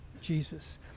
Jesus